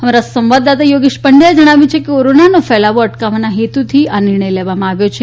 અમારા સંવાદદાતા યોગેશ પંડયાએ જણાવ્યું કે કોરોનાનો ફેલાવો અટકાવવાના હેતુથી આ નિર્ણય લેવામાં આવ્યો છે